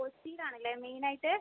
കൊച്ചിയിലാണല്ലെ മെയിനായിട്ട്